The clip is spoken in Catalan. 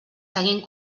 seguint